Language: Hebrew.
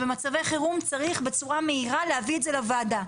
אז במצבי חירום צריך בצורה מהירה להביא את זה לוועדה.